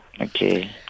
Okay